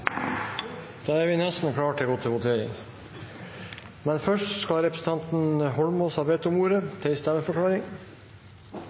Da er vi klare til å gå til votering.